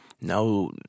No